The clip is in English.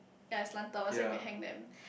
ya is slanted one so you can hang them